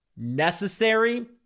necessary